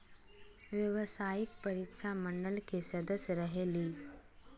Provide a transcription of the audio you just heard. व्यावसायिक परीक्षा मंडल के सदस्य रहे ली?